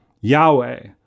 Yahweh